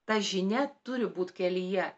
ta žinia turi būt kelyje